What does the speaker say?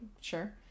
Sure